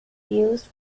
used